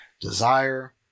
Desire